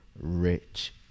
rich